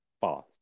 fast